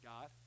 God